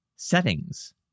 settings